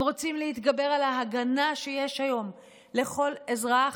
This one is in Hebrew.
הם רוצים להתגבר על ההגנה שיש היום לכל אזרח,